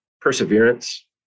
perseverance